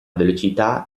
velocità